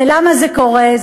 ולמה זה קורה?